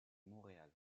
montréal